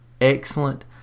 excellent